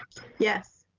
yes.